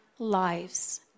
lives